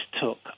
took